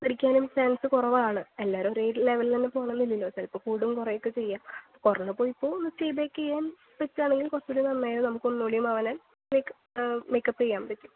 പഠിക്കാനും ചാൻസ് കുറവാണ് എല്ലാവരും ഒരേ ലെവലിൽ തന്നെ പോവണമെന്നില്ലല്ലോ ചിലപ്പോൾ കൂടും കുറയുവൊക്കെ ചെയ്യാം പുറകേ പോയപ്പോൾ ഒന്ന് സ്റ്റേ ബാക്ക് ചെയ്യാൻ പറ്റുവാണെങ്കിൽ കുറച്ചുകൂടെ നന്നായി നമുക്ക് ഒന്നുകൂടെ ഒന്ന് ആളെ മേക് മേക്കപ്പ് ചെയ്യാൻ പറ്റും